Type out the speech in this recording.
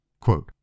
Quote